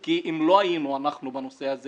אם לא היינו אנחנו בנושא הזה